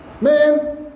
Man